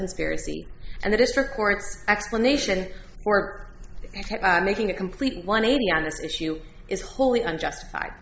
conspiracy and the district court's explanation for making a complete one eighty on this issue is wholly unjustified